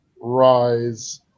Rise